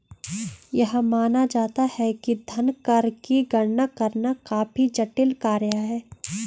यह माना जाता है कि धन कर की गणना करना काफी जटिल कार्य है